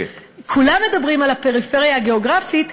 כולם מדברים על הפריפריה הגיאוגרפית,